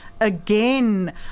again